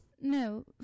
No